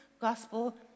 gospel